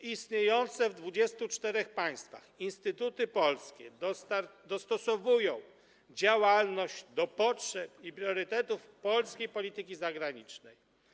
Istniejące w 24 państwach instytuty polskie dostosowują działalność do potrzeb i priorytetów polskiej polityki zagranicznej.